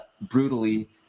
brutally